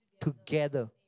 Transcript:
together